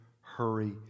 hurry